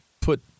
put